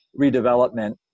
redevelopment